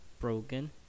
broken